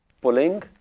Puling